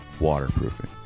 Waterproofing